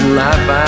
life